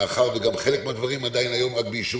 מאחר שחלק מהדברים עדיין היום רק באישור